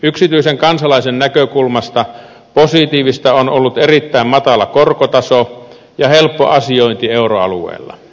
yksityisen kansalaisen näkökulmasta positiivista on ollut erittäin matala korkotaso ja helppo asiointi euroalueella